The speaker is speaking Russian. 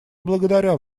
благодаря